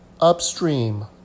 upstream